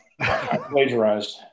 Plagiarized